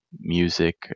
music